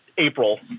April